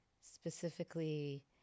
specifically